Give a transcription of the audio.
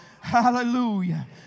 Hallelujah